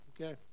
Okay